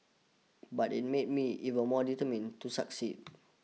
but it made me even more determined to succeed